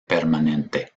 permanente